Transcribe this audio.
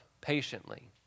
patiently